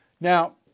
Now